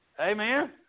Amen